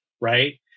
right